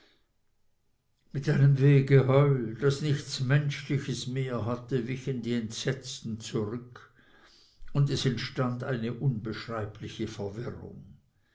mit einem wehgeheul das nichts menschliches mehr hatte wichen die entsetzten zurück und es enstand eine unbeschreibliche verwirrung